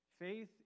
Faith